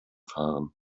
fahren